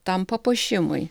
tam papuošimui